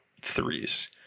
threes